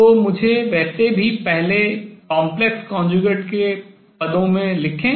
तो मुझे वैसे भी पहले complex conjugate सम्मिश्र संयुग्मी के terms पदों में लिखें